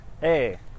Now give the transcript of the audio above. Hey